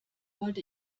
wollte